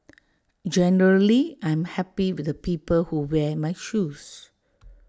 generally I'm happy with the people who wear my shoes